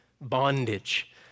bondage